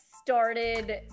started